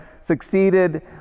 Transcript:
succeeded